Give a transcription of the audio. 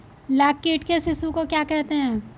लाख कीट के शिशु को क्या कहते हैं?